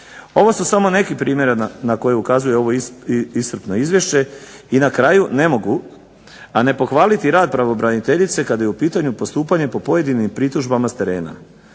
Ovo su samo neki primjeri na koje ukazuje ovo iscrpno izvješće. I na kraju ne mogu, a ne pohvaliti rad pravobraniteljice kada je u pitanju postupanje po pojedinim pritužbama s terena.